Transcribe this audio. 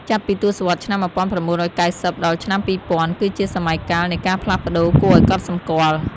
ចាប់ពីទសវត្សរ៍ឆ្នាំ ១៩៩០ ដល់ឆ្នាំ ២០០០ គឺជាសម័យកាលនៃការផ្លាស់ប្តូរគួរឱ្យកត់សម្គាល់។